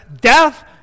death